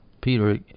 peter